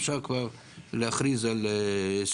אפשר כבר להכריז על סיום,